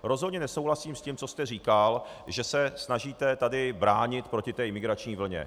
Rozhodně nesouhlasím s tím, co jste říkal, že se snažíte tady bránit proti té imigrační vlně.